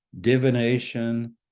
divination